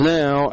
now